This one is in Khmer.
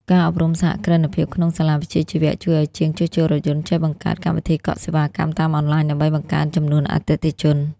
ការអប់រំសហគ្រិនភាពក្នុងសាលាវិជ្ជាជីវៈជួយឱ្យជាងជួសជុលរថយន្តចេះបង្កើត "កម្មវិធីកក់សេវាកម្មតាមអនឡាញ" ដើម្បីបង្កើនចំនួនអតិថិជន។